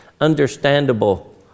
understandable